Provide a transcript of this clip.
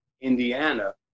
Indiana